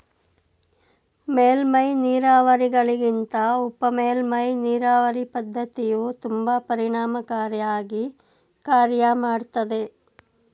ಮೇಲ್ಮೈ ನೀರಾವರಿಗಳಿಗಿಂತ ಉಪಮೇಲ್ಮೈ ನೀರಾವರಿ ಪದ್ಧತಿಯು ತುಂಬಾ ಪರಿಣಾಮಕಾರಿ ಆಗಿ ಕಾರ್ಯ ಮಾಡ್ತದೆ